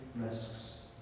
risks